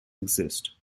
exist